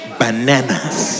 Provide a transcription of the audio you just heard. bananas